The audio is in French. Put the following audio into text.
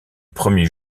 premier